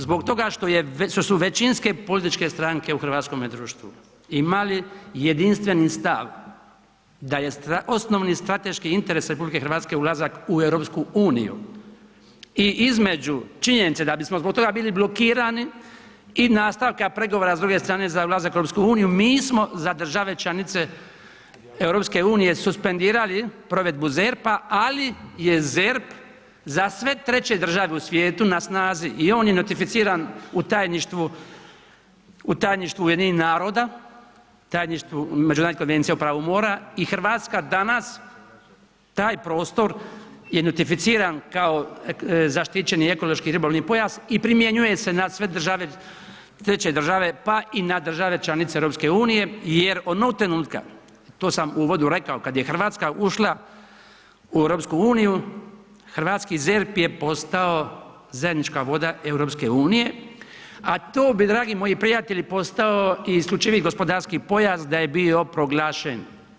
Zbog toga što su većinske političke stranke u hrvatskome društvu imali jedinstveni stav da je osnovi strateški interes RH ulazak u EU i između činjenice da bismo zbog toga bili blokirani i nastavka pregovora s druge strane za ulazak u EU mi smo za države članice EU suspendirali provedbu ZERP-a, ali je ZERP za sve treće države u svijetu na snazi i on je ratificiran u tajništvu UN-a, međunarodnoj Konvenciji o pravu mora i RH danas, taj prostor je nutificiran kao zaštićeni ekološki ribolovni pojas i primjenjuje se na sve države, treće države, pa i na države članice EU jer onog trenutka, to sam u uvodu rekao, kad je RH ušla u EU, hrvatski ZERP je postao zajednička voda EU, a to bi dragi moji prijatelji postao i isključivi gospodarski pojas da je bio proglašen.